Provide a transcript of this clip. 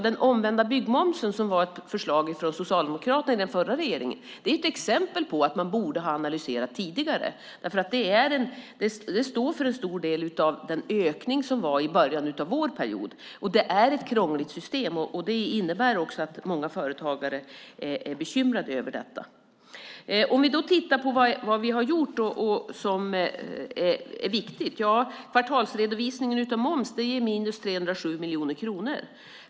Den omvända byggmomsen som var ett förslag från Socialdemokraterna i den förra regeringen är ett exempel på att man borde ha analyserat tidigare. Det står för en stor del av den ökning som var i början av vår period. Det är ett krångligt system. Det innebär att många företagare är bekymrade över det. Om vi tittar på vad vi har gjort och som är viktigt ger kvartalsredovisningen av moms 327 miljoner kronor.